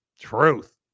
truth